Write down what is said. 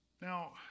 Now